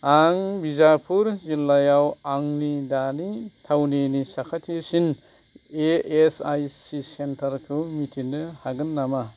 आं बिजापुर जिल्लायाव आंनि दानि थावनिनि साखाथिसिन इ एस आइ सि सेन्टारखौ मिथिनो हागोन नामा